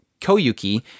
Koyuki